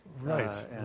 Right